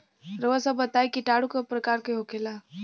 रउआ सभ बताई किटाणु क प्रकार के होखेला?